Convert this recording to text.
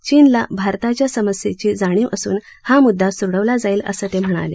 चीनला भारताच्या समस्येची जाणीव असून हा म्ददा सोडवला जाईल असं ते म्हणाले